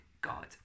God